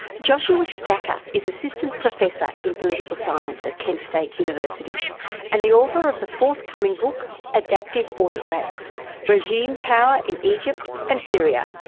joshua stacher is assistant professor in political science at kent state university and the author of the forthcoming book adaptable autocrats regime power in egypt and syria.